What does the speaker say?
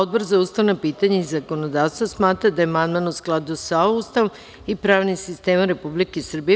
Odbor za ustavna pitanja i zakonodavstvo smatra da je amandman u skladu sa Ustavom i pravnim sistemom Republike Srbije.